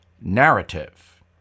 narrative